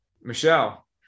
Michelle